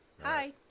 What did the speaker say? Hi